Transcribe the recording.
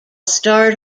start